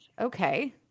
Okay